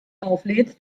auflädst